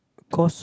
course